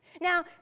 Now